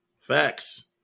Facts